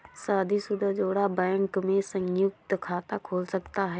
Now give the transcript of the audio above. शादीशुदा जोड़ा बैंक में संयुक्त खाता खोल सकता है